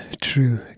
true